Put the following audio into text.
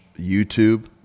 YouTube